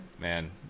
Man